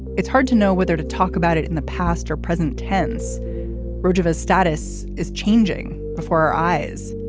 it's hard to know whether to talk about it in the past or present tense rojava status is changing before our eyes.